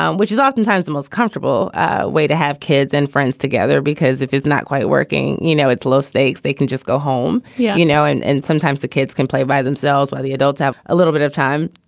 um which is oftentimes the most comfortable way to have kids and friends together, because if it's not quite working, you know, it's low stakes. they can just go home, yeah you know, and and sometimes the kids can play by themselves where the adults have a little bit of time.